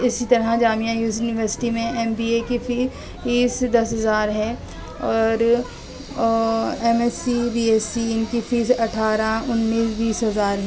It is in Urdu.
اسی طرح جامعہ یونیورسٹی میں ایم بی اے کی فی فیس دس ہزار ہے اور اور M S C B S C ان کی فیس اٹھارہ انیس بیس ہزار ہے